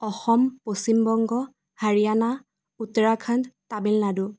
Assam Paschimbanga Haryana Uttarakhand Tamil Nadu